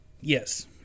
Yes